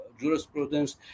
jurisprudence